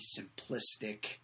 simplistic